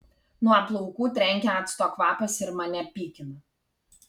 nuo plaukų trenkia acto kvapas ir mane pykina